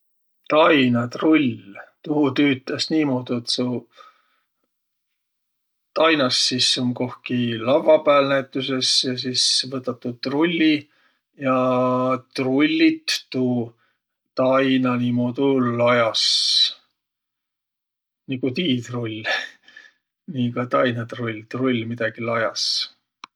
Tainatrull, tuu tüütäs niimuudu, et su tainas sis um kohki lavva pääl näütüses ja sis võtat tuu trulli ja trullit tuu taina niimuudu lajas. Nigu tiitrull nii ka tainatrull, trull midägi lajas.